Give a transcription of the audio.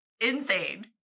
insane